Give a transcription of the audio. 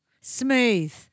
Smooth